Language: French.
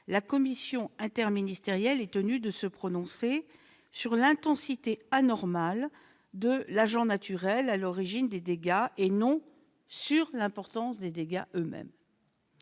la commission interministérielle est tenue de se prononcer sur l'intensité anormale de l'agent naturel à l'origine des dégâts et non sur l'importance des dégâts eux-mêmes.